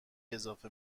اضافه